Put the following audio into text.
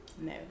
No